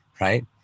right